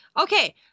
Okay